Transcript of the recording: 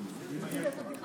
ילחצו לך יד.